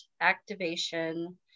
activation